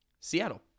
Seattle